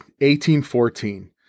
1814